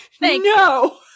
no